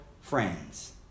friends